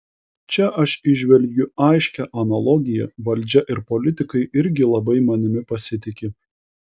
čia aš įžvelgiu aiškią analogiją valdžia ir politikai irgi labai manimi pasitiki